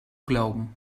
glauben